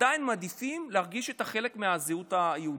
עדיין מעדיפים להרגיש חלק מהזהות היהודית.